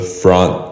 front